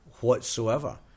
whatsoever